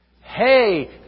Hey